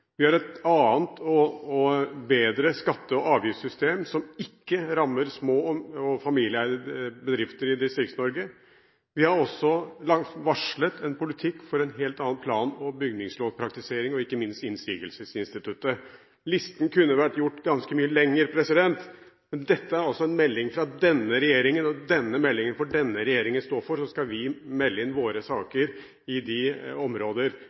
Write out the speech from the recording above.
vi har et annet og bedre skatte- og avgiftssystem som ikke rammer små og familieeide bedrifter i Distrikts-Norge, og vi har også varslet en politikk for en helt annen praktisering av plan- og bygningsloven og ikke minst av innsigelsesinstituttet. Listen kunne vært gjort ganske mye lengre. Men dette er altså en melding fra denne regjeringen, og denne meldingen får denne regjeringen stå for, og så skal vi melde inn våre saker på de områder